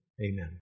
amen